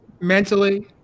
mentally